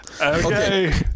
okay